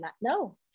No